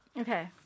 Okay